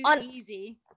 easy